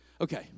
Okay